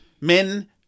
Men